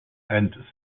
and